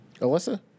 Alyssa